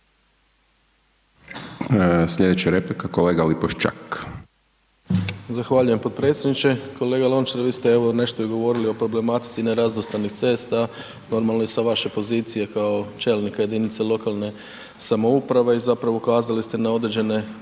**Lipošćak, Tomislav (HDZ)** Zahvaljujem potpredsjedniče. Kolega Lončar, vi ste evo nešto i govorili o problematici nerazvrstanih cesta, normalno i sa vaše pozicije kao čelnika jedinice lokalne samouprave i zapravo ukazali ste na određene probleme